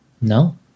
No